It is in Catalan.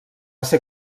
ser